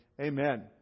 Amen